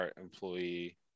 employee